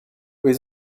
wir